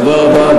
תודה רבה.